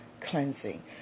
cleansing